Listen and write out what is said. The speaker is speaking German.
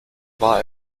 war